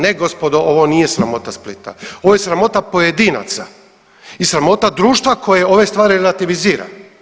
Ne gospodo, ovo nije sramota Splita, ovo je sramota pojedinaca i sramota društva koje ove stvari relativizira.